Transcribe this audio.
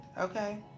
okay